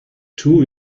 two